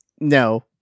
No